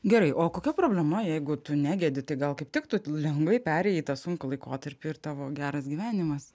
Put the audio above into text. gerai o kokia problema jeigu tu negedi tai gal kaip tik tu lengvai perėjai tą sunkų laikotarpį ir tavo geras gyvenimas